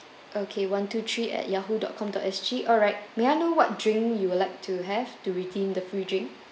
okay one two three at yahoo dot com dot S G alright may I know what drink you would like to have to redeem the free drink